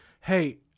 hey